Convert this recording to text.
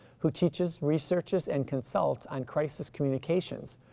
who teaches researches and consults on crisis communications,